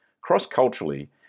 Cross-culturally